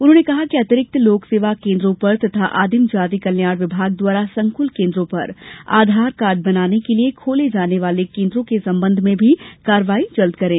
उन्होंने कहा कि अतिरिक्त लोक सेवा केन्द्रों पर तथा आदिम जाति कल्याण विभाग द्वारा संकुल केन्द्रों पर आधार कार्ड बनाने के लिए खोले जाने वाले केन्द्रों के संबंध में भी कार्यवाई जल्दी करें